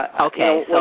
Okay